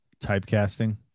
typecasting